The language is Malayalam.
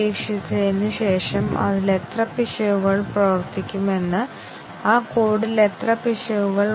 പക്ഷേ നിങ്ങൾ എങ്ങനെ കൺട്രോൾ ഫ്ലോ ഗ്രാഫ് വരയ്ക്കും